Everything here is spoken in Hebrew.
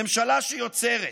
ממשלה שיוצרת,